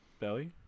belly